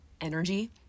energy